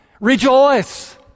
Rejoice